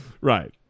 right